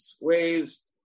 waves